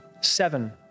seven